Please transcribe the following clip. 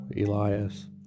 Elias